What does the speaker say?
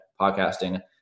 podcasting